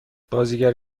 بازیگر